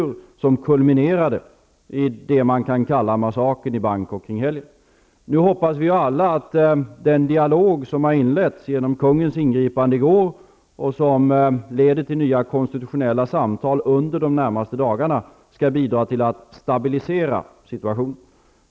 Dessa motsättningar har kulminerat i det man kan kalla massakern i Nu hoppas vi alla att den dialog som har inletts med hjälp av kungens ingripande i går, och som skall leda till nya konstitutionella samtal under de närmaste dagarna, skall bidra till att stabilisera situationen.